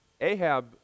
Ahab